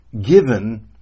given